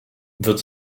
wird